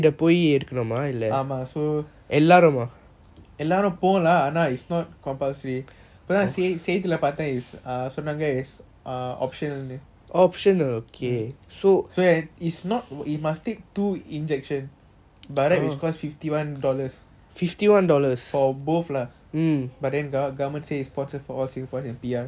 எல்லாரும் போவோம்ல ஆனா:ellarum povomla aana lah it's not compulsory ஆனா செய்தில பாத்தான் சொன்னாங்க:aana seithila paathan sonanga is err optional so so it is not we must take two injection by right it cost fifty one dollars for both lah but then government say is all sponsored for singaporeans and P_R so we can take it is voluntary so you don't